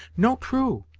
no true,